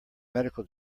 medical